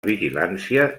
vigilància